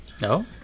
no